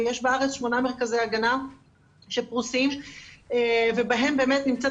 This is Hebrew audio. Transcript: יש בארץ שמונה מרכזי הגנה שפרוסים ובהם באמת נמצאת